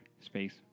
Space